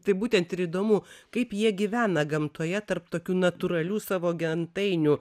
tai būtent ir įdomu kaip jie gyvena gamtoje tarp tokių natūralių savo gentainių